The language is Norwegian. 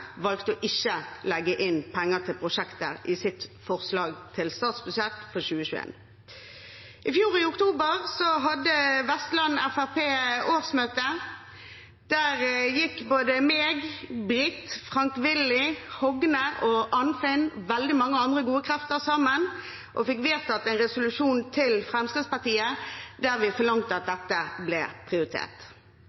valgte å ikke legge inn penger til prosjektet i sitt forslag til statsbudsjett for 2021. I oktober i fjor hadde Vestland FrP årsmøte. Der gikk både jeg, Britt, Frank Willy, Hogne, Arnfinn og veldig mange andre gode krefter sammen og fikk vedtatt en resolusjon til Fremskrittspartiet der vi forlangte at